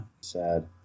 sad